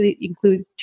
include